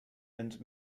and